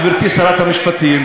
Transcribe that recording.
גברתי שרת המשפטים,